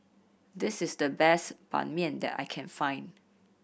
this is the best Ban Mian that I can find